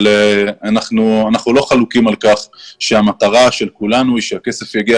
אנחנו לא חלוקים על כך שהמטרה של כולנו היא שהכסף יגיע